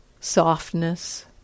softness